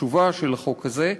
החשובה של החוק הזה,